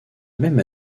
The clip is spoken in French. même